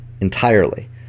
entirely